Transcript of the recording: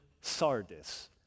Sardis